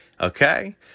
Okay